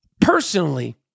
Personally